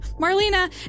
Marlena